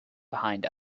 behind